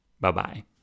bye-bye